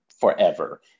forever